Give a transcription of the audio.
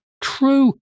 true